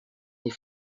des